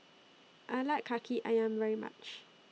I like Kaki Ayam very much